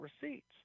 receipts